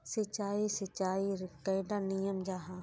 सिंचाई सिंचाईर कैडा नियम जाहा?